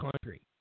country